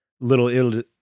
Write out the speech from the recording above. little